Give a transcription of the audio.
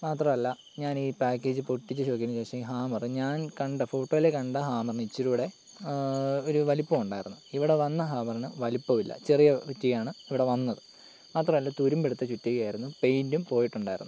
മാത്രമല്ല ഞാനീ പാക്കേജ് പൊട്ടിച്ച് നോക്കിയതിന് ശേഷം ഈ ഹാമ്മറും ഞാൻ കണ്ട ഫോട്ടോയിൽ കണ്ട ഹാമറിന് ഇച്ചിരൂടെ ഒരു വലിപ്പം ഉണ്ടായിരുന്നു ഇവിടെ വന്ന ഹാമറിന് വലിപ്പം ഇല്ല ചെറിയ ചുറ്റികയാണ് ഇവിടെ വന്നത് മാത്രമല്ല തുരുമ്പെടുത്ത ചുറ്റികയായിരുന്നു പെയിൻറും പോയിട്ടുണ്ടായിരുന്നു